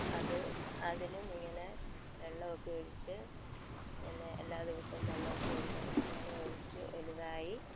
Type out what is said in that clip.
അത് അതിനും ഇങ്ങനെ വെള്ളമൊക്കെ ഒഴിച്ച് പിന്നെ എല്ലാ ദിവസവും വെള്ളമൊക്കെ ഒഴിക്കണം അങ്ങനെ ഒഴിച്ച് വലുതായി